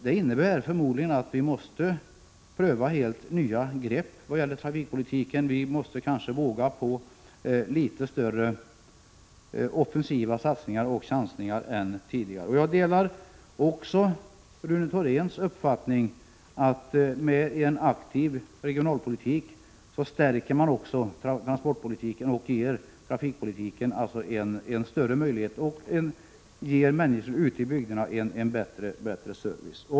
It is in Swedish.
Men då måste vi förmodligen pröva helt nya grepp vad gäller trafikpolitiken. Vi måste kanske våga oss på litet större offensiva satsningar och chansningar än tidigare. Jag delar också Rune Thoréns uppfattning att man med en aktiv regionalpolitik också stärker transportpolitiken och trafikpolitiken och att man därmed ger människorna ute i bygderna en bättre service.